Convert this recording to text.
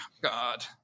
God